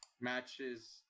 matches